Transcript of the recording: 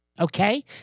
okay